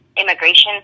immigration